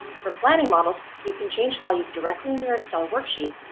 for planning models, you can change values directly in your excel worksheet